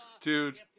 Dude